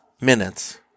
Minutes